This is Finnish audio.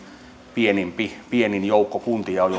pienin joukko kuntia on